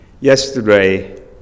yesterday